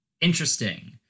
interesting